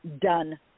done